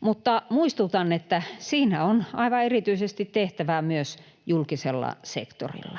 Mutta muistutan, että siinä on aivan erityisesti tehtävää myös julkisella sektorilla.